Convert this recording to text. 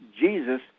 Jesus